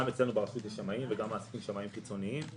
גם אצלנו ברשות יש שמאים וגם מעסיקים שמאים חיצוניים.